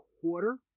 quarter